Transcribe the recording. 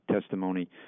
testimony